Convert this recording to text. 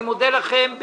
אני מודה לכם.